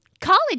College